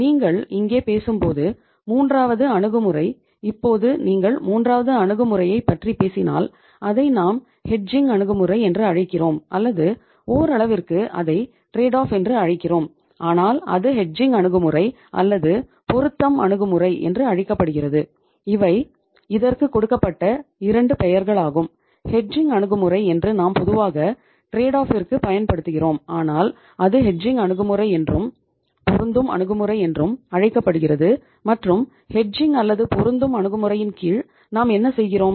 நீங்கள் இங்கே பேசும்போது மூன்றாவது அணுகுமுறை இப்போது நீங்கள் மூன்றாவது அணுகுமுறையைப் பற்றி பேசினால் அதை நாம் ஹெட்ஜிங் அல்லது பொருந்தும் அணுகுமுறையின் கீழ் நாம் என்ன செய்கிறோம்